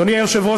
אדוני היושב-ראש,